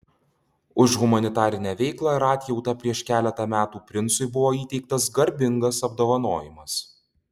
už humanitarinę veiklą ir atjautą prieš keletą metų princui buvo įteiktas garbingas apdovanojimas